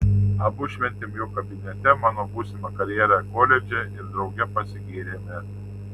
abu šventėm jo kabinete mano būsimą karjerą koledže ir drauge pasigėrėme